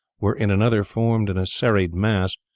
were in another formed in a serried mass,